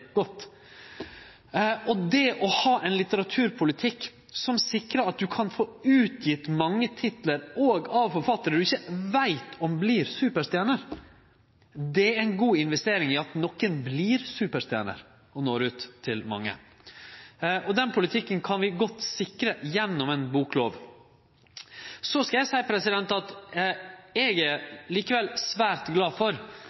godt. Det å ha ein litteraturpolitikk som sikrar at ein kan få gjeve ut mange titlar – òg av forfattarar ein ikkje veit om vert superstjerner, er ei god investering i at nokre vert superstjerner og når ut til mange. Den politikken kan vi godt sikre gjennom ei boklov. Så vil eg seie at eg likevel er svært glad for